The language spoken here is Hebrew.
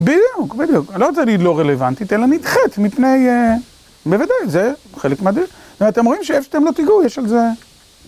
בדיוק, בדיוק. אני לא רוצה להגיד לא רלוונטית, אלא נדחת מפני... בוודאי, זה חלק מה... זאת אומרת, אתם רואים שאיפה שאתם לא תיגעו, יש על זה...